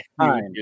time